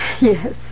Yes